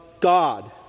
God